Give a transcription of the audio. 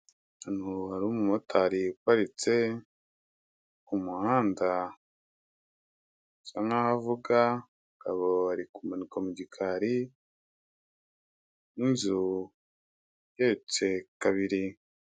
Ahantu hari umumotari uparitse, ku muhanda asa n'aho avuga, ari kumanuka mu gikari n'inzu igeretse kabiri.